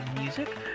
music